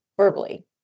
verbally